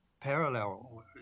parallel